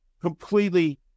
completely